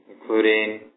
including